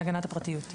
הפרטיות.